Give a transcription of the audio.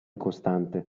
costante